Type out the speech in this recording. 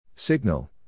Signal